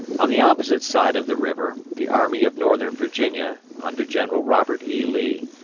on the opposite side of the river, the army of northern virginia, under general robert e. lee,